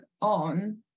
on